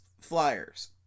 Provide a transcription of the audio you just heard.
flyers